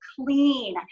clean